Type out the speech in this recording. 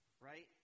Right